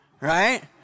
right